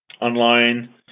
online